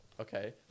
Okay